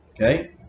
Okay